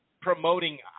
promoting